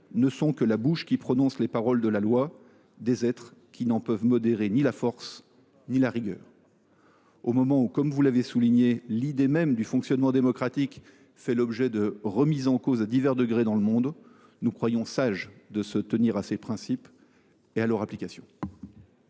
ne sont […] que la bouche qui prononce les paroles de la loi ; des êtres […] qui n’en peuvent modérer ni la force ni la rigueur. » Au moment où, comme vous l’avez souligné, l’idée même du fonctionnement démocratique fait l’objet de remises en cause à divers degrés dans le monde, nous pensons sage de nous en tenir à ces principes et à leur application.